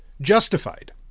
justified